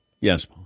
Yes